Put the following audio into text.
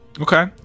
Okay